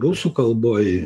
rusų kalboj